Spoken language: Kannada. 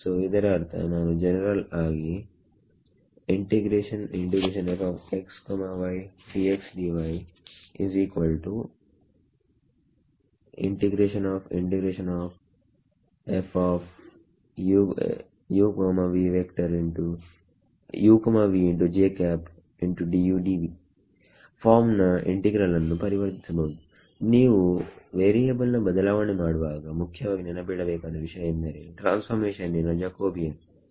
ಸೋ ಇದರ ಅರ್ಥ ನಾನು ಜನರಲ್ ಆಗಿ ಫಾರ್ಮ್ ನ ಇಂಟಿಗ್ರಲ್ ಅನ್ನು ಪರಿವರ್ತಿಸಬಹುದು ನೀವು ವೇರಿಯೇಬಲ್ ನ ಬದಲಾವಣೆ ಮಾಡುವಾಗ ಮುಖ್ಯವಾಗಿ ನೆನಪಿಡಬೇಕಾದ ವಿಷಯ ಎಂದರೆ ಟ್ರಾನ್ಸ್ಫಾರ್ಮೇಷನ್ನಿನ ಜಕೋಬಿಯನ್ ಸರಿಯೇ